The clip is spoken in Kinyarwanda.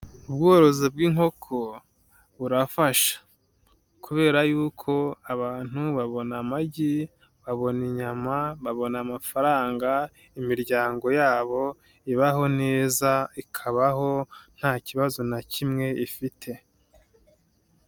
Ubworozi bw'inkoko burafasha kubera yuko abantu babona amagi, babona inyama, babona amafaranga, imiryango yabo ibaho neza ikabaho nta kibazo na kimwe ifite.